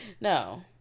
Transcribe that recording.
No